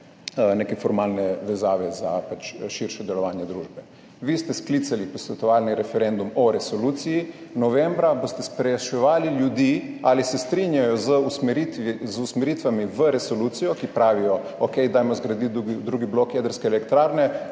neke formalne vezave za širše delovanje družbe. Vi ste sklicali posvetovalni referendum o resoluciji, novembra boste spraševali ljudi, ali se strinjajo z usmeritvami v resoluciji, ki pravijo, okej, dajmo zgraditi drugi blok jedrske elektrarne,